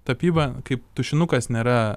tapyba kaip tušinukas nėra